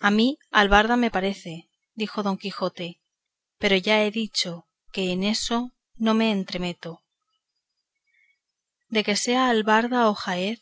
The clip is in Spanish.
a mí albarda me parece dijo don quijote pero ya he dicho que en eso no me entremeto de que sea albarda o jaez